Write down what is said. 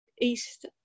East